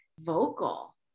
vocal